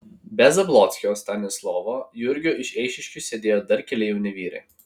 be zablockio stanislovo jurgio iš eišiškių sėdėjo dar keli jauni vyrai